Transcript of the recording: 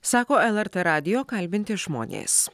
sako lrt radijo kalbinti žmonės